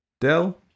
Dell